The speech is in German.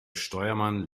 steuermann